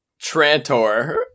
Trantor